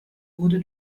wurde